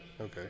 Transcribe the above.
okay